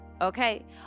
okay